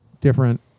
different